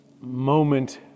moment